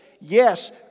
Yes